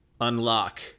unlock